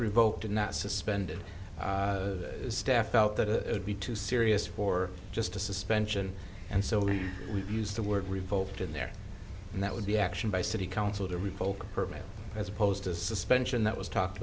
revoked and not suspended staff out that it would be too serious for just a suspension and so we used the word revoked in there and that would be action by city council to revoke program as opposed to a suspension that was talked